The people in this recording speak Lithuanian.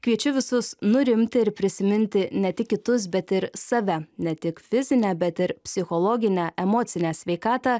kviečiu visus nurimti ir prisiminti ne tik kitus bet ir save ne tik fizinę bet ir psichologinę emocinę sveikatą